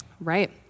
right